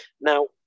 now